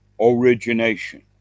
origination